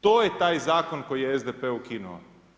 To je taj Zakon koji je SDP ukinuo.